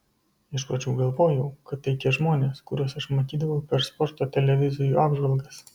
iš pradžių galvojau kad tai tie žmonės kuriuos aš matydavau per sporto televizijų apžvalgas